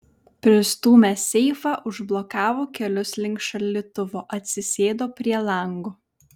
pristūmęs seifą užblokavo kelius link šaldytuvo atsisėdo prie lango